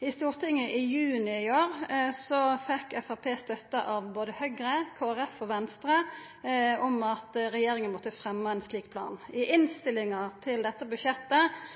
I Stortinget i juni i år fekk Framstegspartiet støtte av både Høgre, Kristeleg Folkeparti og Venstre om at regjeringa måtte fremma ein slik plan. I innstillinga til dette budsjettet